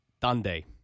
Dundee